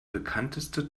bekannteste